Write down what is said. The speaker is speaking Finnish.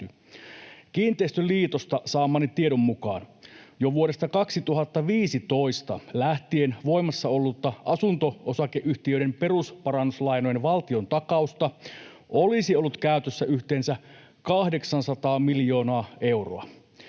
Kiinteistöliitosta saamani tiedon mukaan jo vuodesta 2015 lähtien voimassa ollutta asunto-osakeyhtiöiden perusparannuslainojen valtiontakausta olisi ollut käytössä yhteensä 800 miljoonaa euroa.